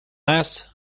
mass